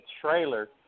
trailer